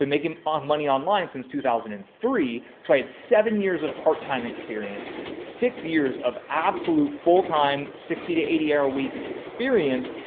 and making um money online since two thousand and three. so i had seven years of part-time experience, six years of absolute full time. sixty to eighty hour weeks experience.